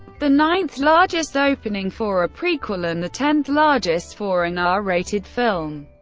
the ninth largest opening for a prequel, and the tenth largest for an ah r-rated film.